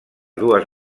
dues